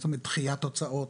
דחיית הוצאות,